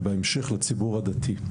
ובהמשך לציבור הדתי.